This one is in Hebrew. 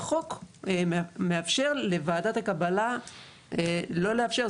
שהחוק מאפשר לוועדת הקבלה לא לאפשר,